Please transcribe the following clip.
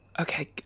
Okay